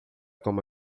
como